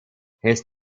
his